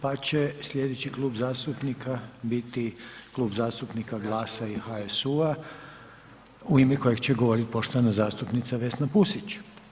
Pa će sljedeći Klub zastupnika biti Klub zastupnika GLAS-a i HSU-a, u ime kojeg će govoriti poštovana zastupnica Vesna Pusić.